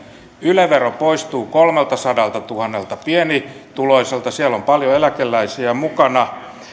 yle vero poistuu kolmeltasadaltatuhannelta pienituloiselta siellä on paljon eläkeläisiä mukana